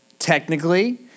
Technically